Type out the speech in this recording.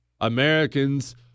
Americans